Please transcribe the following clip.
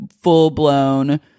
full-blown